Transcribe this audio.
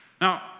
Now